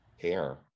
care